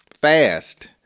fast